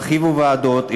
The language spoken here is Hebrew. הרחיבו ועדות,